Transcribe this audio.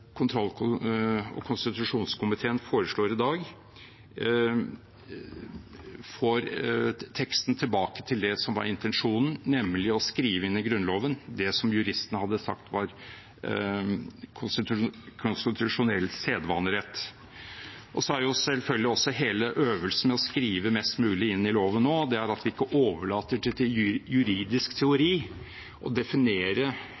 kontroll- og konstitusjonskomiteen foreslår i dag, får teksten tilbake til det som var intensjonen, nemlig å skrive inn i Grunnloven det som juristene hadde sagt var konstitusjonell sedvanerett. Så er selvfølgelig også hele øvelsen med å skrive mest mulig inn i loven nå at vi ikke overlater til juridisk